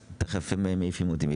יש לך משהו להוסיף?